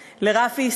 לרפי,